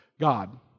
God